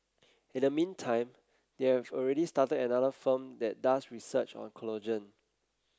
in the meantime they have already started another firm that does research on collagen